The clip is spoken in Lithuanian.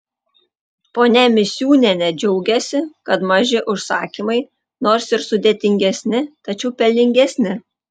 ponia misiūnienė džiaugiasi kad maži užsakymai nors ir sudėtingesni tačiau pelningesni